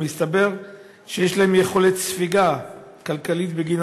ומסתבר שיש להן יכולת ספיגה כלכלית בגין